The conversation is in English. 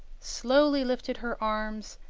slowly lifted her arms,